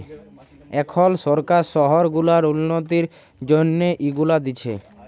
এখল সরকার শহর গুলার উল্ল্যতির জ্যনহে ইগুলা দিছে